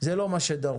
זה לא מה שדרוש.